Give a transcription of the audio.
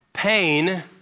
Pain